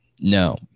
no